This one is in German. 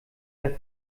der